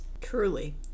Truly